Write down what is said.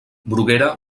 bruguera